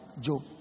Job